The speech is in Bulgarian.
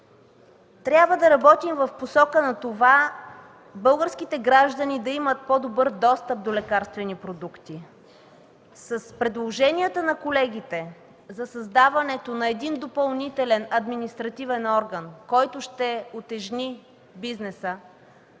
Трябва да работим в посока на това българските граждани да имат по-добър достъп до лекарствени продукти. С предложенията на колегите за създаването на един допълнителен административен орган, който ще утежни бизнеса,